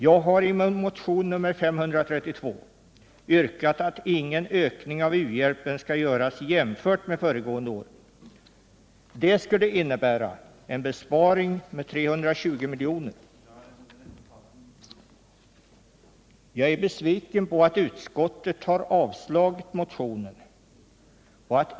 Jag har i motionen 532 yrkat att ingen ökning av u-hjälpen skall ske jämfört med föregående år. Det skulle innebära en besparing med 320 milj.kr. Jag är besviken på utskottet som har avstyrkt motionen.